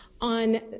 on